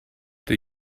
did